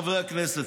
חברי הכנסת,